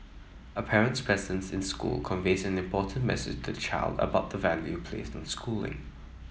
a parent's presence in school conveys an important message to the child about the value placed on schooling